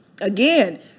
again